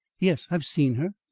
yes, i've seen her.